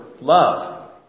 love